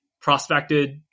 prospected